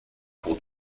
pour